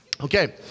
Okay